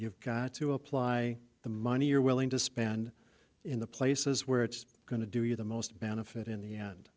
you've got to apply the money you're willing to spend in the places where it's going to do you the most benefit in the end